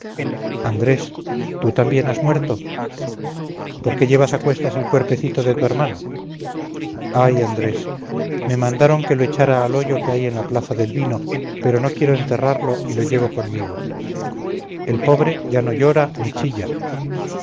andrés tú también has muerto por qué llevas a cuestas el cuerpecito de tu hermano ay andrés me mandaron que lo echara al hoyo que hay en la plaza del vino pero no quiero enterrarlo y lo llevo conmigo el pobre ya no llora ni chilla